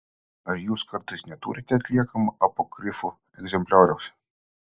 ar jūs kartais neturite atliekamo apokrifų egzemplioriaus